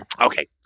Okay